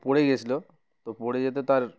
পড়ে গিয়েছিলো তো পড়ে যেতে তার